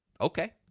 okay